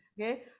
okay